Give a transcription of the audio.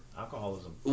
Alcoholism